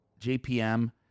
JPM